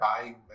buying